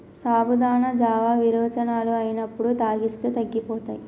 సాబుదానా జావా విరోచనాలు అయినప్పుడు తాగిస్తే తగ్గిపోతాయి